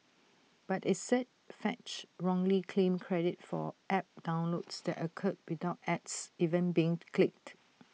but IT said fetch wrongly claimed credit for app downloads that occurred without ads ever being clicked